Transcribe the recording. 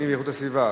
הפנים ואיכות הסביבה?